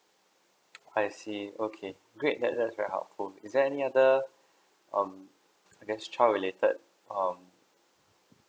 I see okay great that that's very helpful is there any other um against child related um